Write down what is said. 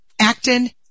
Acton